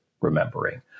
remembering